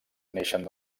neixen